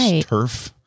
turf